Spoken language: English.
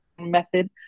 method